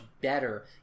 better